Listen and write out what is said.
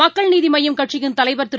மக்கள் நீதி மய்யம் கட்சியின் தலைவர் திரு